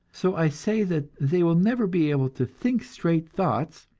so i say that they will never be able to think straight thoughts,